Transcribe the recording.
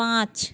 পাঁচ